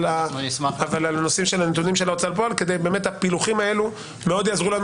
אבל הנתונים של ההוצאה לפועל והפילוחים האלו יעזרו לנו מאוד